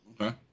Okay